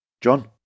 John